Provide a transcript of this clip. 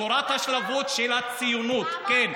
תורת השלבים של הציונות, כן.